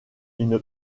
une